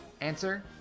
Answer